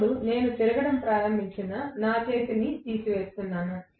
ఇప్పుడు నేను తిరగడం ప్రారంభించిన నా చేతిని తీసివేస్తున్నాను